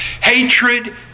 Hatred